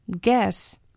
Guess